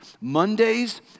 Mondays